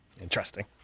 Interesting